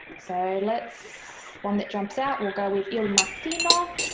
so let's, one that jumps out, we'll go with il mattino,